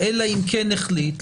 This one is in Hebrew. "אלא אם כן החליט",